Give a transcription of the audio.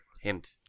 hint